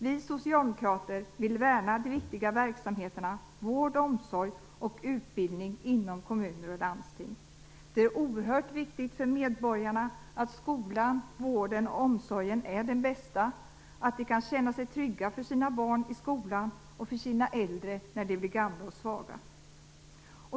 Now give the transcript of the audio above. Vi socialdemokrater vill värna de viktiga verksamheterna vård, omsorg och utbildning inom kommuner och landsting. Det är oerhört viktigt för medborgarna att skolan, vården och omsorgen är den bästa att de kan känna sig trygga för sina barn i skolan och för sina äldre när de blir gamla och svaga.